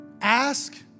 Ask